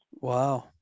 Wow